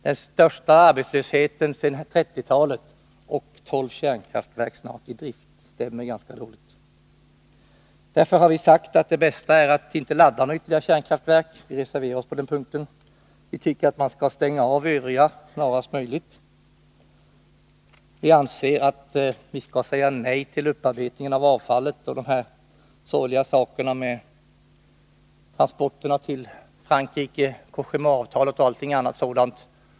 Den största arbetslösheten sedan 1930-talet och snart tolv kärnkraftverk i drift — det stämmer ganska dåligt. Därför har vi sagt att det bästa är att inte ladda ytterligare kärnkraftverk. Vi reserverar oss på den punkten. Vi tycker att man skall stänga av de kärnkraftverk som redan är i drift. Vi anser att vi skall säga nej till upparbetningen av avfallet. Vi får avvakta utvecklingen rörande de sorgliga sakerna med transporterna till Frankrike, Cogéma-avtalet och allt annat sådant.